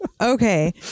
Okay